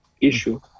issue